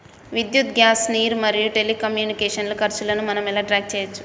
విద్యుత్ గ్యాస్ నీరు మరియు టెలికమ్యూనికేషన్ల ఖర్చులను మనం ఎలా ట్రాక్ చేయచ్చు?